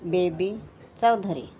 baby Chaudhari